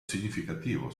significativo